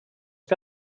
que